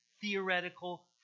theoretical